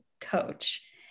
coach